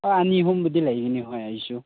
ꯊꯥ ꯑꯅꯤ ꯑꯍꯨꯝꯕꯨꯗꯤ ꯂꯩꯒꯅꯤ ꯍꯣꯏ ꯑꯩꯁꯨ